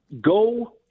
Go